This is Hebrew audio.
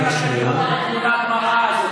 לא נעימה לכם תמונת המראה הזו,